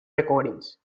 recordings